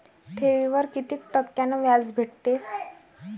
ठेवीवर कितीक टक्क्यान व्याज भेटते?